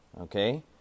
Okay